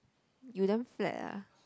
you damn flat ah